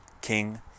king